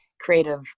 creative